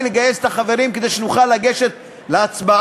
לגייס את החברים כדי שנוכל לגשת להצבעה.